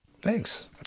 Thanks